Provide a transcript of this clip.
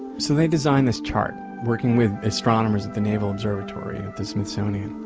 so they designed this chart, working with astronomers at the naval observatory at the smithsonian.